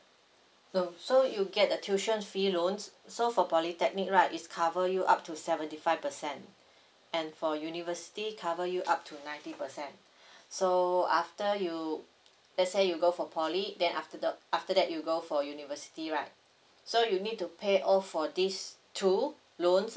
no so you get the tuition fee loans so for polytechnic right is cover you up to seventy five percent and for university cover you up to ninety percent so after you let's say you go for poly then after the after that you go for university right so you need to pay off for these two loans